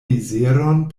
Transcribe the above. mizeron